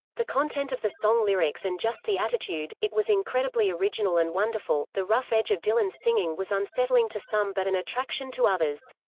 the content of the song lyrics and just the attitude it was incredibly original and wonderful. the rough edge of dylan's singing was unsettling to some but an attraction to others.